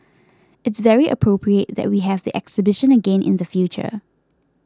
it's very appropriate that we have the exhibition again in the future